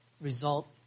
Result